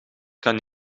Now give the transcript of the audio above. kan